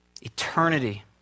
Eternity